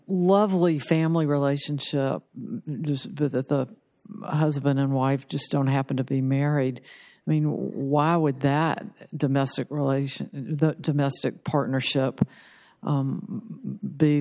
lovely family relations that the husband and wife just don't happen to be married i mean why would that domestic relations in the domestic partnership